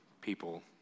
people